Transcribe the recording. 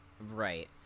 Right